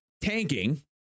tanking